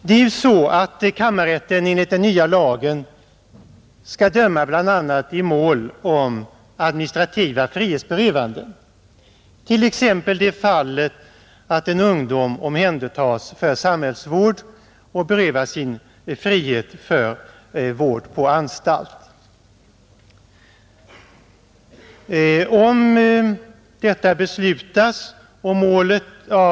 Kammarrätten skall ju enligt den nya lagen döma bl.a. i mål om administrativa frihetsberövanden, t.ex. det fallet att en ungdom omhändertas för samhällsvård och berövas sin frihet för vård på anstalt.